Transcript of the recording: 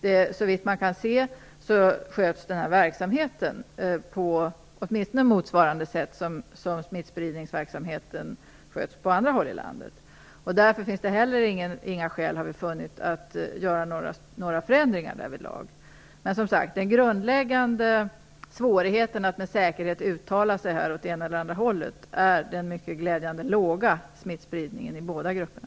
Såvitt man kan se sköts verksamheten åtminstone på motsvarande sätt som man försöker att förhindra smittspridningen på andra håll i landet. Därför har vi inte funnit några skäl till att genomföra några förändringar därvidlag. Men, som sagt, den grundläggande svårigheten att med säkerhet uttala sig åt det ena eller andra hållet är den mycket glädjande låga smittspridningen i båda grupperna.